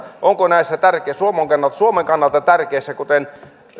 onko näissä suomen kannalta tärkeissä asioissa kuten